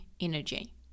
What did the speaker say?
energy